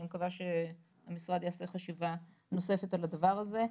אני מקווה שהמשרד יעשה חשיבה נוספת על הדבר הזה.